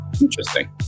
interesting